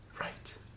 Right